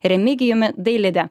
remigijumi dailide